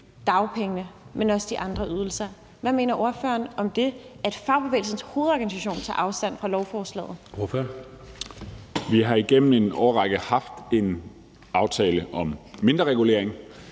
dagpengene, men også de andre ydelser. Hvad mener ordføreren om det, at Fagbevægelsens Hovedorganisation tager afstand fra lovforslaget? Kl. 10:57 Anden næstformand (Jeppe Søe): Ordføreren.